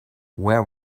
where